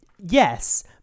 yes